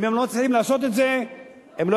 אם הם לא מצליחים לעשות את זה הם לא